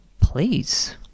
please